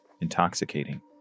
intoxicating